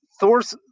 thor's